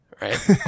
Right